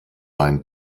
ein